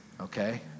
okay